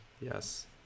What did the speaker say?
Yes